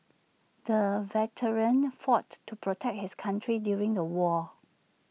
the veteran fought to protect his country during the war